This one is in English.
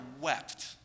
wept